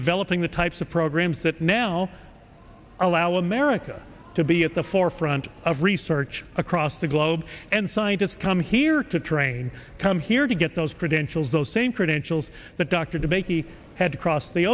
developing the types of programs that now allow america to be at the forefront of research across the globe and scientists come here to train come here to get those credentials those same credentials that dr de bakey had to cross the